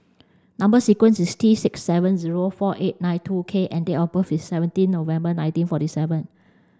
number sequence is T six seven zero four eight nine two K and date of birth is seventeen November nineteen forty seven